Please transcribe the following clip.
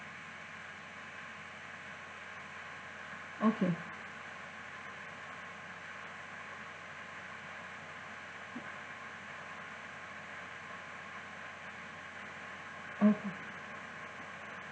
okay okay